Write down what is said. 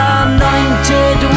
anointed